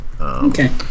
Okay